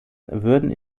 würden